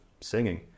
singing